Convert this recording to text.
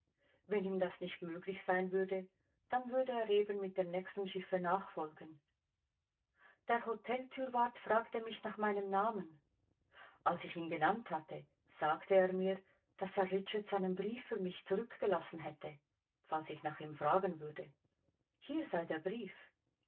wenn ihm das nicht möglich sein würde dann würde er eben mit dem nächsten schiffe nachfolgen der hoteltürwart fragte mich nach meinem namen als ich ihn genannt hatte sagte er mir daß herr richards einen brief für mich zurückgelassen hätte falls ich nach ihm fragen würde hier sei der brief